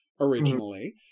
originally